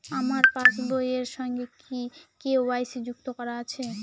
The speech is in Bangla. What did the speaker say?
আমার পাসবই এর সঙ্গে কি কে.ওয়াই.সি যুক্ত করা আছে?